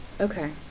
okay